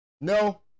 No